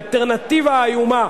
האלטרנטיבה האיומה,